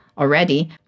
Already